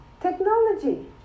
technology